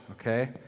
Okay